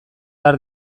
har